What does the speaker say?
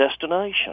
destination